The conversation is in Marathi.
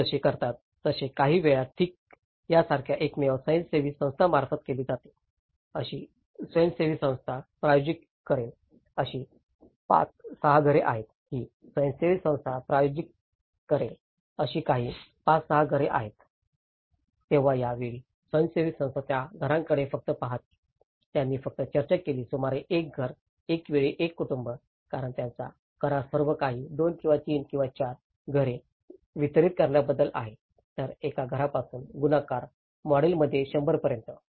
ते जसे करतात तसे काहीवेळा ठीक सारख्या एकमेव स्वयंसेवी संस्थांमार्फत केले जाते अशी स्वयंसेवी संस्था प्रायोजित करेल अशी 5 6 घरे आहेत ही स्वयंसेवी संस्था प्रायोजित करेल अशी आणखी 5 6 घरे आहेत तेव्हा त्या वेळी स्वयंसेवी संस्था त्या घराकडे फक्त पाहते त्यांनी फक्त चर्चा केली सुमारे एक घर एका वेळी एक कुटुंब कारण त्यांचा करार सर्व काही 2 किंवा 3 किंवा 4 घरे वितरीत करण्याबद्दल आहे तर एका घरापासून गुणाकार मॉडेलमध्ये 100 पर्यंत